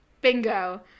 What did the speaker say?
Bingo